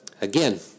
again